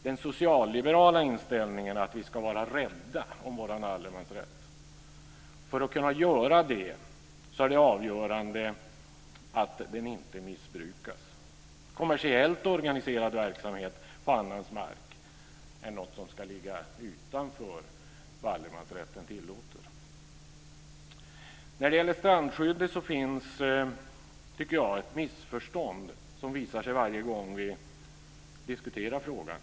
Den socialliberala inställningen är att vi ska vara rädda om vår allemansrätt. För att kunna göra det är det avgörande att allemansrätten inte missbrukas. Kommersiellt organiserad verksamhet på annans mark ska ligga utanför vad allemansrätten tillåter. Det finns ett missförstånd vad gäller strandskyddet, som visar sig varje gång vi diskuterar frågan.